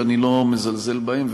שאני לא מזלזל בהם,